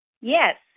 Yes